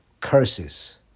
curses